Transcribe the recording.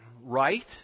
right